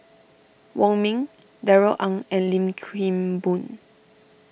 Wong Ming Darrell Ang and Lim Kim Boon